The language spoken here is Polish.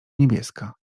niebieska